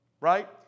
Right